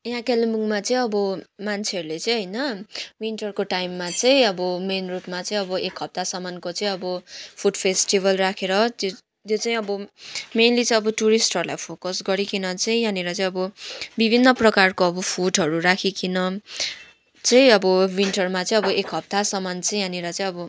यहाँ कालिम्पोङमा चाहिँ अब मान्छेहरूले चाहिँ होइन विन्टरको टाइममा चाहिँ अब मेनरोडमा चाहिँ अब एक हप्तासम्मको चाहिँ अब फुड फेस्टिबल राखेर त्यो त्यो चाहिँ अब मेनली चाहिँ अब टुरिस्टहरूलाई फोकस गरिकिन चाहिँ यहाँनिर चाहिँ अब विभिन्न प्रकारको अब फुडहरू राखिकिन चाहिँ अब विन्टरमा चाहिँ अब एक हप्तासम्म चाहिँ यहाँनिर चाहिँ अब